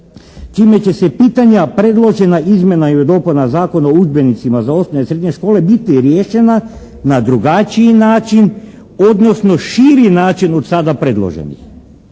"Čime će se pitanja predložena izmjena i dopuna Zakona o udžbenicima za osnovne i srednje škole biti riješena na drugačiji način, odnosno širi način od sada predloženih."